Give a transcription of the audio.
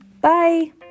bye